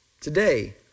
Today